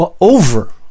over